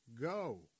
go